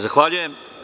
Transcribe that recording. Zahvaljujem.